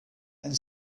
and